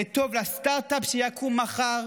זה טוב לסטרטאפ שיקום מחר,